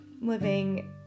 living